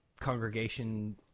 congregation –